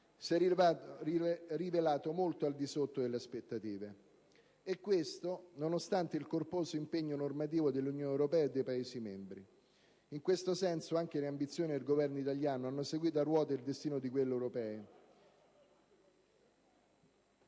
si è rivelato molto al di sotto delle aspettative. E questo nonostante il corposo impegno normativo dell'Unione europea e dei Paesi membri. In questo senso, anche le ambizioni del Governo italiano hanno seguito a ruota il destino di quelle europee.